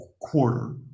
quarter